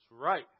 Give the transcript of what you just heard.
right